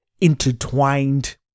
intertwined